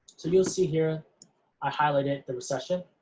so you'll see here i highlighted the recession,